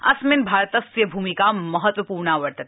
अस्मिन् भारतस्य भूमिका महत्वपूर्णा अस्ति